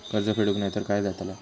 कर्ज फेडूक नाय तर काय जाताला?